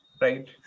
right